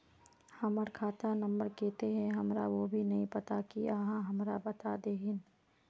हमर खाता नम्बर केते है हमरा वो भी नहीं पता की आहाँ हमरा बता देतहिन?